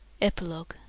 Epilogue